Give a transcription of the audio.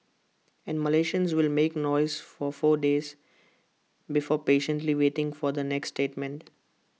and Malaysians will make noise for four days before patiently waiting for the next statement